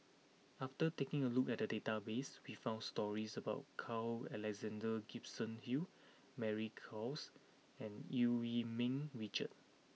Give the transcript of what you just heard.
after taking a look at the database we found stories about Carl Alexander Gibson Hill Mary Klass and Eu Yee Ming Richard